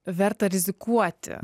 verta rizikuoti